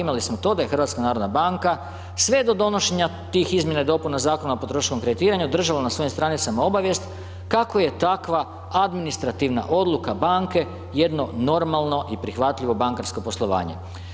Imali smo to da je HNB sve do donošenja tih izmjena i dopuna Zakonu o potrošačku kreditiranju, držala na svojim stranicama obavijest kako je takva administrativna odluka banke, jedno normalno i prihvatljivo bankarsko poslovanje.